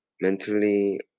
mentally